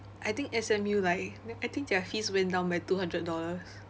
I think S_M_U like I think their fees went down by two hundred dollars